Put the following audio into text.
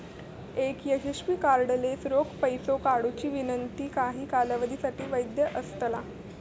एक यशस्वी कार्डलेस रोख पैसो काढुची विनंती काही कालावधीसाठी वैध असतला